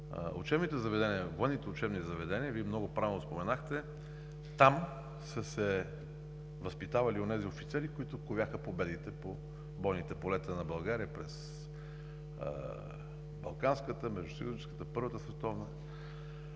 учебните заведения, военните учебни заведения. Вие много правилно споменахте, там са се възпитавали онези офицери, които ковяха победите по бойните полета на България през Балканската, Междусъюзническата и Първата световна